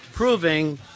Proving